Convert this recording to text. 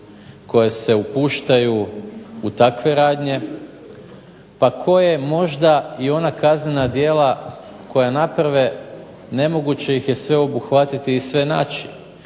koje se upuštaju u takve radnje, pa koje može i ona kaznena djela koja naprave nemoguće ih je sve obuhvatiti i sve naći.